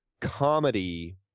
comedy